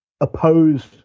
opposed